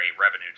revenue